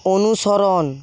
অনুসরণ